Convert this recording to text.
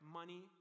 money